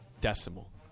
decimal